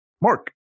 Mark